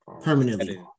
permanently